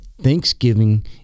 Thanksgiving